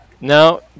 No